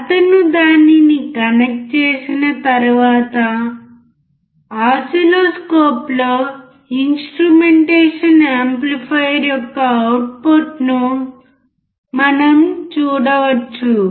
అతను దానిని కనెక్ట్ చేసిన తర్వాత ఓసిల్లోస్కోప్లో ఇన్స్ట్రుమెంటేషన్ యాంప్లిఫైయర్ యొక్క అవుట్పుట్ను మనం చూడవచ్చు